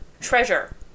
treasure